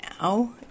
now